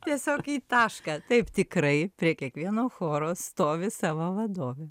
tiesiog į tašką taip tikrai prie kiekvieno choro stovi savo vadovė